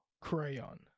Crayon